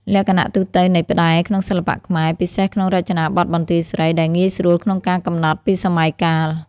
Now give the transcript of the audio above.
លក្ខណៈទូទៅនៃផ្តែរក្នុងសិល្បៈខ្មែរ (ពិសេសក្នុងរចនាបថបន្ទាយស្រី) ដែលងាយស្រួលក្នុងការកំណត់ពីសម័យកាល។